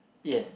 yes